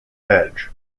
edge